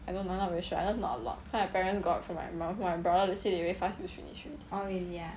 I don't know I not very sure I just know not a lot cause my parents got from my mu~ from my brother they say they very fast use finish already